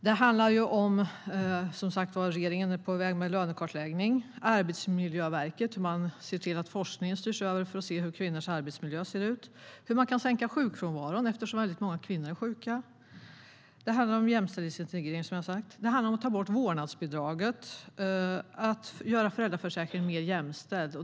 Regeringen är på väg när det gäller lönekartläggning, Arbetsmiljöverket - hur man ser till att forskningen styrs över till att se hur kvinnors arbetsmiljö ser ut - och hur man kan sänka sjukfrånvaron, eftersom många kvinnor är sjuka. Det handlar om jämställdhetsintegrering, som jag sa, om att ta bort vårdnadsbidraget och om att göra föräldraförsäkringen mer jämställd.